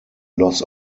loss